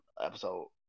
episode